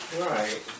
Right